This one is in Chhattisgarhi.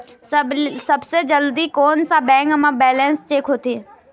सबसे जल्दी कोन सा बैंक म बैलेंस चेक होथे?